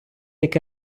яке